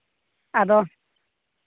ᱟᱫᱚ